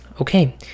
Okay